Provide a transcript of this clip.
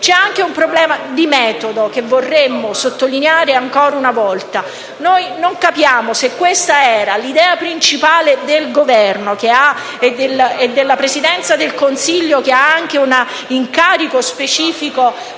pone anche un problema di merito, che vogliamo sottolineare ancora una volta. Se questa era l'idea principale del Governo e della Presidenza del Consiglio, che ha anche un incarico specifico